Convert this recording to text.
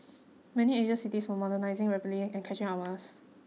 many Asian cities were modernising rapidly and catching up on us